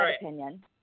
opinion